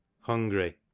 Hungry